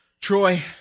Troy